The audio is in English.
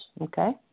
Okay